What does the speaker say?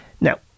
Now